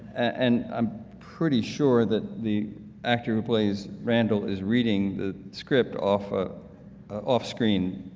and i'm pretty sure that the actor plays randall is reading the script off a off-screen